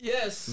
Yes